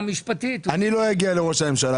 אני לא אגיע לראש הממשלה.